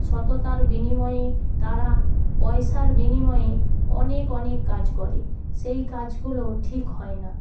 সততার বিনিময়ে তারা পয়সার বিনিময়ে অনেক অনেক কাজ করে সেই কাজগুলো ঠিক হয় না